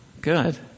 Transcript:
Good